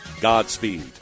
Godspeed